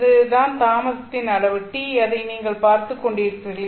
இது தான் தாமதத்தின் அளவு τ அதை நீங்கள் பார்த்துக் கொண்டிருக்கிறீர்கள்